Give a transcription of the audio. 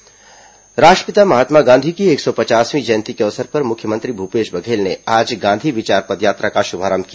गांधी विचार पदयात्रा राष्ट्रपिता महात्मा गांधी की एक सौ पचासवीं जयंती के अवसर पर मुख्यमंत्री भूपेश बघेल ने आज गांधी विचार पदयात्रा का शुभारंभ किया